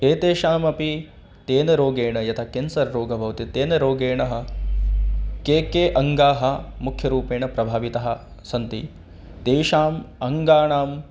एतेषामपि तेन रोगेण यथा केन्सर् रोगः भवति तेन रोगेणः के के अङ्गाः मुख्यरूपेण प्रभाविताः सन्ति तेषाम् अङ्गानाम्